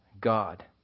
God